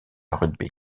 rugby